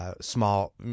small